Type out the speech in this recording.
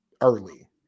early